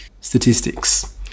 statistics